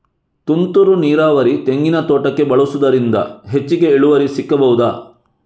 ತುಂತುರು ನೀರಾವರಿ ತೆಂಗಿನ ತೋಟಕ್ಕೆ ಬಳಸುವುದರಿಂದ ಹೆಚ್ಚಿಗೆ ಇಳುವರಿ ಸಿಕ್ಕಬಹುದ?